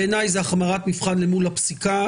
בעיניי זה החמרת מבחן אל מול הפסיקה,